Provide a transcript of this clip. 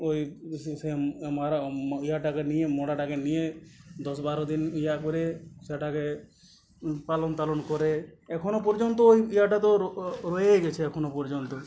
ওই সেই সেই মহিলাটাকে নিয়ে মরাটাকে নিয়ে দশ বারো দিন ইয়ে করে সেটাকে পালন টালন করে এখনো পর্যন্ত ওই ইয়েটা তো রয়েই গিয়েছে এখনো পর্যন্ত